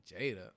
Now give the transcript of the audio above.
Jada